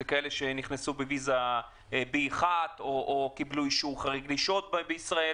כאלה שנכנסו בוויזה B1 או קבלו אישור חריג לשהות בישראל.